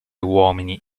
uomini